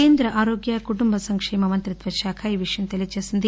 కేంద్ర ఆరోగ్య కుటుంబ సంకేమ మంత్రిత్వ శాఖ ఈ విషయం తెలీయజేసింది